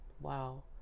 Wow